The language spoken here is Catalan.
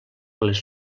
les